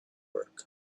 work